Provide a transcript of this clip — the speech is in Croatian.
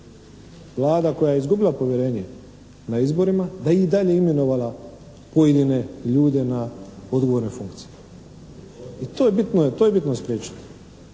Vlada koja je izgubila povjerenje na izborima, da je i dalje imenovala pojedine ljude na odgovorne funkcije. I to je bitno spriječiti.